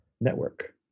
Network